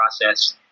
process